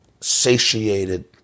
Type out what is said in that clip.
satiated